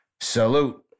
Salute